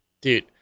Dude